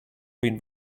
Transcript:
been